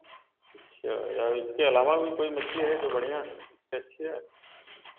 छः हज़ार औ इसके अलावा भी कोई मछली है जो बढ़िया इससे अच्छी हैं